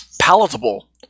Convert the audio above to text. palatable